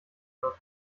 wird